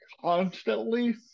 constantly